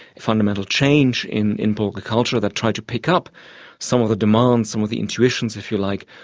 fundamental change in in political culture that tried to pick up some of the demands, some of the intuitions, if you like,